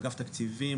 אגף תקציבים,